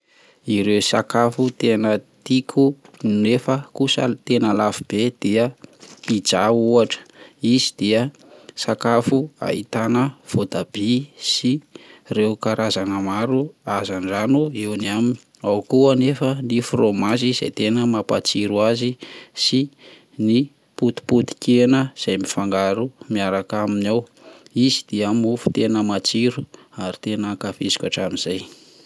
Ireo sakafo tena tiako nefa kosa tena lafo be dia pizza ohatra, izy dia sakafo ahitana vaotabia sy ireo karazana maro hazandrano eny aminy, ao ko anefa ny frômazy izay tena mampatsiro azy sy ny potipoti-kena izay mifangaro miaraka aminy ao, izy dia mofo tena matsiro ary tena ankafiziko hatram'izay.